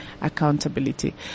accountability